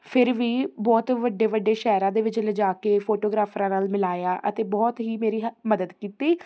ਫਿਰ ਵੀ ਬਹੁਤ ਵੱਡੇ ਵੱਡੇ ਸ਼ਹਿਰਾਂ ਦੇ ਵਿੱਚ ਲਿਜਾ ਕੇ ਫੋਟੋਗ੍ਰਾਫਰਾਂ ਨਾਲ ਮਿਲਾਇਆ ਅਤੇ ਬਹੁਤ ਹੀ ਮੇਰੀ ਹੈ ਮਦਦ ਕੀਤੀ